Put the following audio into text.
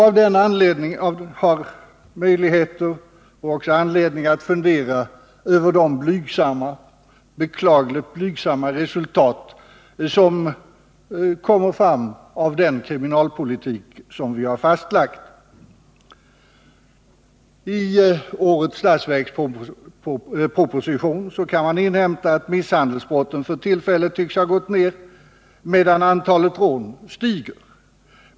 Jag har därför också anledning att fundera över de blygsamma, beklagligt blygsamma, resultat som uppnås genom den kriminalpolitik som vi fastlagt. I årets budgetproposition kan man inhämta att misshandelsbrotten för tillfället tycks ha minskat, medan antalet rån ökar.